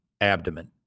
abdomen